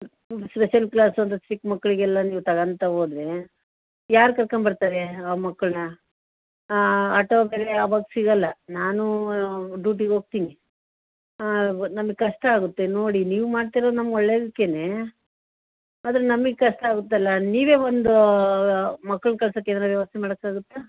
special ಕ್ಲಾಸಂತ ಚಿಕ್ಕ ಮಕ್ಕಳಿಗೆಲ್ಲ ನೀವು ತಗೊಂತಾ ಹೋದ್ರೆ ಯಾರು ಕರ್ಕೊಂಬರ್ತಾರೆ ಆ ಮಕ್ಳನ್ನ ಆಟೋ ಬೇರೆ ಅವಾಗ ಸಿಗೋಲ್ಲ ನಾನೂ ಡೂಟಿಗೆ ಹೋಗ್ತೀನಿ ನಮಗೆ ಕಷ್ಟ ಆಗುತ್ತೆ ನೋಡಿ ನೀವು ಮಾಡ್ತಿರೋದು ನಮ್ಮ ಒಳ್ಳೇದಕ್ಕೆನೇ ಆದರೆ ನಮಗೆ ಕಷ್ಟ ಆಗುತ್ತಲ್ಲ ನೀವೇ ಒಂದು ಮಕ್ಳನ್ನ ಕಳ್ಸಕ್ಕೆ ಏನಾರೂ ವ್ಯವಸ್ಥೆ ಮಾಡೋಕ್ಕಾಗುತ್ತ